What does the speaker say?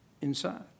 inside